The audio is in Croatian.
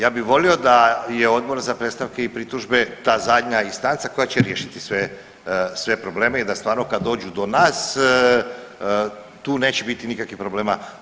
Ja bi volio da je Odbor za predstavke i pritužbe ta zadnja instanca koja će riješiti sve probleme i da stvarno kad dođu do nas tu neće biti nikakvih problema.